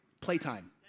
playtime